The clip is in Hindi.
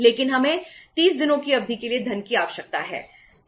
लेकिन हमें 30 दिनों की अवधि के लिए धन की आवश्यकता है